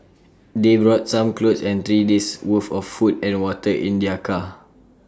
they brought some clothes and three days' worth of food and water in their car